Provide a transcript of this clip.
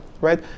right